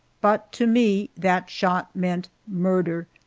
but to me that shot meant murder.